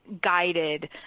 guided